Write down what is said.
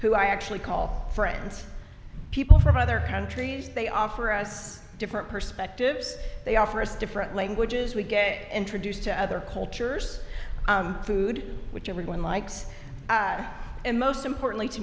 are actually call friends people from other countries they offer us different perspectives they offer us different languages we get introduced to other cultures food which everyone likes and most importantly to